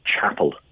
chapel